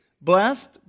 Blessed